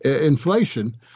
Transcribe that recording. inflation